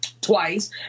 twice